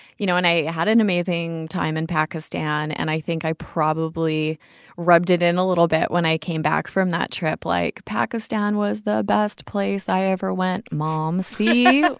you know, and i had an amazing time in and pakistan. and i think i probably rubbed it in a little bit when i came back from that trip. like, pakistan was the best place i ever went, mom. see?